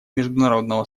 международного